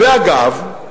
ואגב,